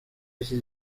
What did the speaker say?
iki